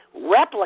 replicate